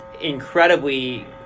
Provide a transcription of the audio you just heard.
incredibly